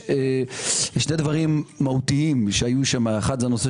יש שני דברים מהותיים שהיו שם אחד זה הנושא